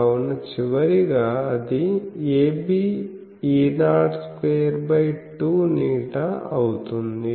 కావున చివరిగా అది abIE0I22ղ అవుతుంది